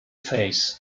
phase